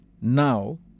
Now